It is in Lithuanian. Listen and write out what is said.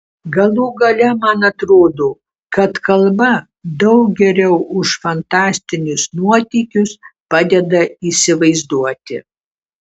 galų gale man atrodo kad kalba daug geriau už fantastinius nuotykius padeda įsivaizduoti